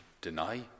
deny